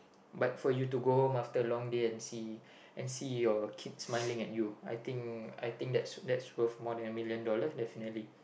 but for you to go home after a long day and see and see your kids smiling at you I think I think that's that's worth more than a million dollar definitely